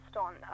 on